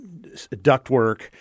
ductwork